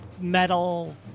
metal